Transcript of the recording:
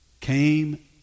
came